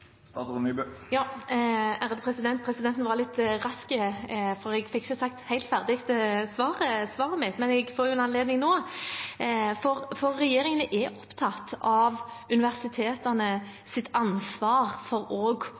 Presidenten var litt rask, for jeg fikk ikke sagt svaret mitt helt ferdig, men jeg får en anledning nå. Regjeringen er opptatt av universitetenes ansvar for norsk språk og